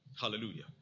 Hallelujah